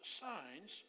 signs